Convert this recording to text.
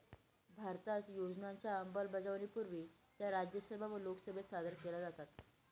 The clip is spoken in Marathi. भारतात योजनांच्या अंमलबजावणीपूर्वी त्या राज्यसभा व लोकसभेत सादर केल्या जातात